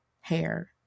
hair